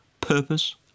purpose